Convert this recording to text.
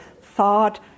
thought